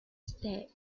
stead